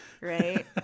Right